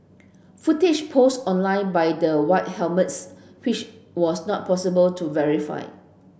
footage posted online by the White Helmets which was not possible to verify